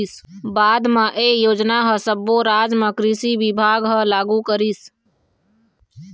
बाद म ए योजना ह सब्बो राज म कृषि बिभाग ह लागू करिस